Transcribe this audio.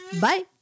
bye